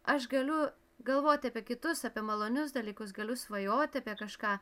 aš galiu galvoti apie kitus apie malonius dalykus galiu svajoti apie kažką